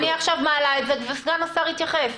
אני עכשיו מעלה את זה וסגן השר יתייחס.